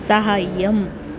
सहाय्यम्